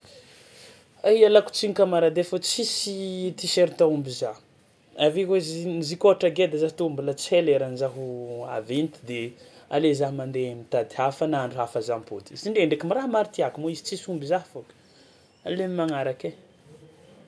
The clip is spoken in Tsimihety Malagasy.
A ialako tsiny kamarady ai fô tsisy tiserta omby zaho, avy eo aiza z- zio koa ohatra geda za tô mbôla tsy hay leran'izaho haventy de aleo za mandeha mitady hafa na andro hafa za mipody, izy ndre ndraiky mba raha maro tiàko moa izy tsisy omby za fao, aleo am'magnaraka ai.